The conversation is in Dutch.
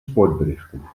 sportberichten